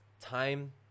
time